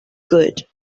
good